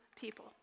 people